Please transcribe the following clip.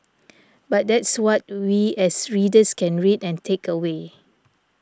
but that's what we as readers can read and take away